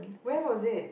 where was it